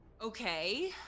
Okay